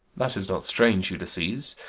this is not strange, ulysses.